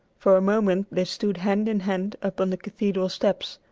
for a moment they stood hand in hand upon the cathedral steps,